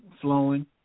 flowing